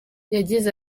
yagize